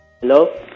Hello